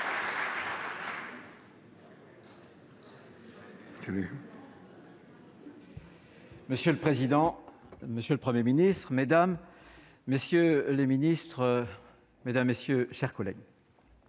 Monsieur le président, monsieur le Premier ministre, mesdames, messieurs les ministres, mes chers collègues,